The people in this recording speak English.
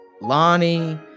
Lonnie